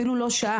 אפילו לא שעה,